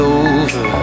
over